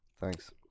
Thanks